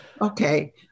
Okay